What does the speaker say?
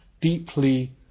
deeply